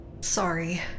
sorry